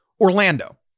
Orlando